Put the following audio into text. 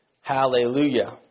Hallelujah